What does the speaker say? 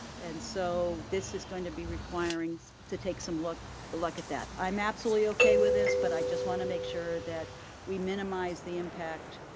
and so, this is going to be requiring to take some look, to look at that. i'm absolutely okay with this, but i just wanna make sure that we minimize the impact